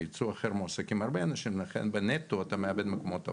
ביצוא אחר מועסקים הרבה אנשים לכן בנטו אתה מאבד מקומות עבודה.